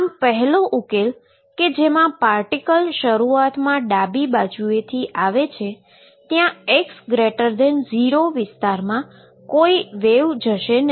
આમ પહેલો ઉકેલ કે જેમાં પાર્ટીકલશરૂઆતમાં ડાબી બાજુએથી આવે છે ત્યાં x0 વિસ્તારમાં કોઈ વેવ જશે નહી